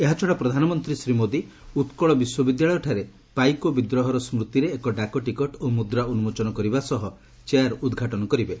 ଏହାଛଡ଼ା ପ୍ରଧାନମନ୍ତୀ ଶ୍ରୀ ମୋଦି ଉକ୍କଳ ବିଶ୍ୱବିଦ୍ୟାଳୟଠାରେ ପାଇକ ବିଦ୍ରୋହର ସ୍ଦୁତିରେ ଏକ ଡାକ ଟିକଟ ଓ ମୁଦ୍ରା ଉନ୍କୋଚନ କରିବା ସହ ଚେୟାର୍ ଉଦ୍ଘାଟନ କରିବେ